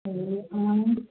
ए अँ